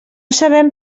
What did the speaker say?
sabem